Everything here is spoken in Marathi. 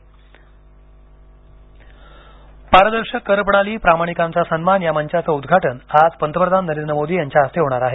सन्मान पारदर्शक करप्रणाली प्रामाणिकांचा सन्मान या मंचाचं उद्घाटन आज पंतप्रधान नरेंद्र मोदी यांच्या हस्ते होणार आहे